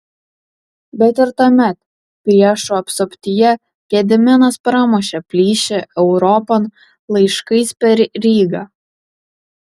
bet ir tuomet priešų apsuptyje gediminas pramušė plyšį europon laiškais per rygą